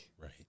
Right